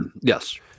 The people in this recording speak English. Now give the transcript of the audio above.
Yes